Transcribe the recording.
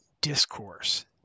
discourse